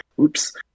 oops